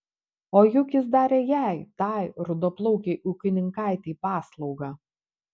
o juk jis darė jai tai rudaplaukei ūkininkaitei paslaugą